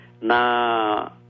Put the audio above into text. Na